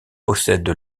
possède